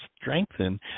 strengthen